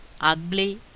ugly